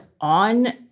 on